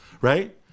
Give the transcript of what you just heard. right